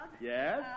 Yes